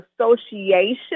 association